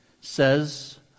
says